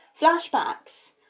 flashbacks